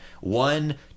One